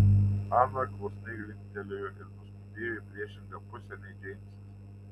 ana klusniai linktelėjo ir nuskubėjo į priešingą pusę nei džeimsas